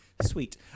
Sweet